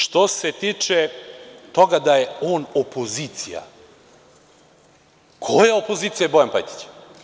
Što se tiče toga da je on opozicija, koja opozicija je Bojan Pajtić?